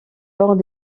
lors